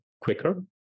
quicker